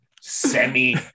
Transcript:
semi